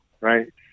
right